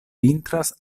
vintras